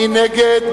מי נגד?